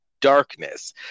darkness